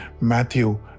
Matthew